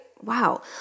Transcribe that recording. Wow